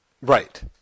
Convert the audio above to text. Right